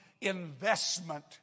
investment